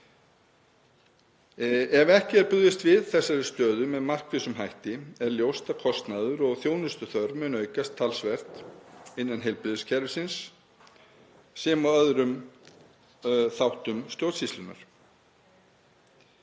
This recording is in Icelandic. Ef ekki er brugðist við þessari stöðu með markvissum hætti er ljóst að kostnaður og þjónustuþörf mun aukast talsvert innan heilbrigðiskerfisins sem og í öðrum þáttum stjórnsýslunnar.